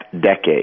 decade